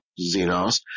Zenos